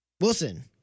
Wilson